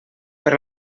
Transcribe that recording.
per